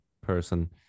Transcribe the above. person